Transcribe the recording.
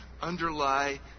underlie